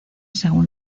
según